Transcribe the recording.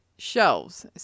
shelves